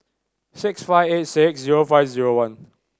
six five eight six zero five zero one